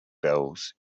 bells